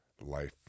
life